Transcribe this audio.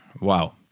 wow